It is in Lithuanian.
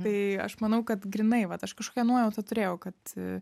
tai aš manau kad grynai vat aš kažkokią nuojautą turėjau kad